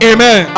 Amen